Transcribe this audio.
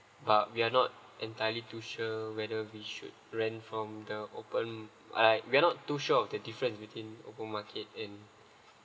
but we are not entirely too sure whether we should rent from the open ah right we're not too sure of the difference between open market and